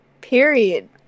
Period